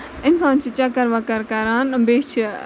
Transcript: اِنسان چھُ چکر وَکر کران بیٚیہِ چھِ